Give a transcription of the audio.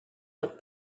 look